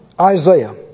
Isaiah